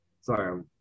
Sorry